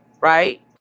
right